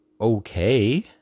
okay